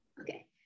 Okay